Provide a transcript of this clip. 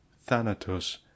Thanatos